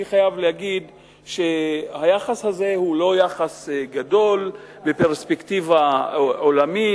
אני חייב להגיד שהיחס הזה הוא לא יחס גדול בפרספקטיבה עולמית.